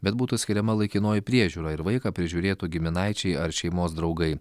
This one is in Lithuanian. bet būtų skiriama laikinoji priežiūra ir vaiką prižiūrėtų giminaičiai ar šeimos draugai